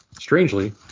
Strangely